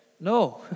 No